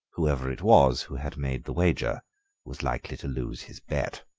whoever it was who had made the wager was likely to lose his bet.